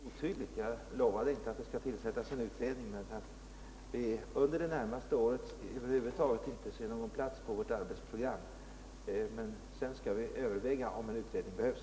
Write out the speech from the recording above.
Herr talman! Jag hoppas att jag inte uttryckte mig otydligt. Jag lovade inte att det skall tillsättas en utredning. Vi kan under det närmaste året över huvud taget inte se någon plats på vårt arbetsprogram, men sedan skall vi överväga om en utredning behövs.